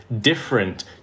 different